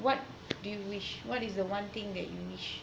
what do you wish what is the one thing that you wish